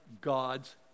God's